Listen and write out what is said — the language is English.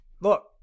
look